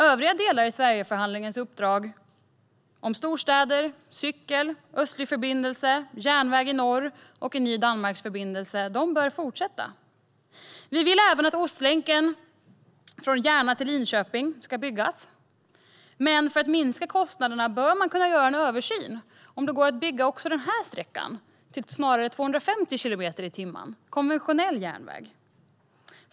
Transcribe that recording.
Övriga delar i Sverigeförhandlingens uppdrag om storstäder, cykel, östlig förbindelse, järnväg i norr och en ny Danmarksförbindelse bör vara kvar. Vi vill även att Ostlänken från Järna till Linköping ska byggas, men för att minska kostnaderna bör man kunna göra en översyn och undersöka om även den sträckan kan byggas som konventionell järnväg för 250 kilometer i timmen.